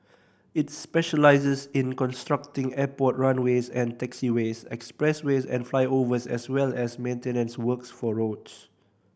it specialises in constructing airport runways and taxiways expressways and flyovers as well as maintenance works for roads